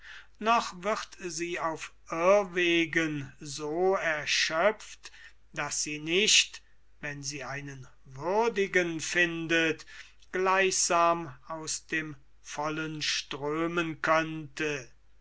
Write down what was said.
noch wird sie auf irrwegen so erschöpft daß sie nicht wenn sie einen würdigen findet gleichsam aus dem vollen strömen könnte